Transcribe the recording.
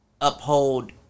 uphold